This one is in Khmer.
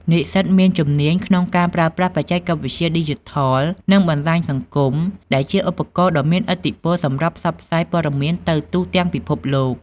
និស្សិតមានជំនាញក្នុងការប្រើប្រាស់បច្ចេកវិទ្យាឌីជីថល និងបណ្ដាញសង្គម ដែលជាឧបករណ៍ដ៏មានឥទ្ធិពលសម្រាប់ផ្សព្វផ្សាយព័ត៌មានទៅទូទាំងពិភពលោក។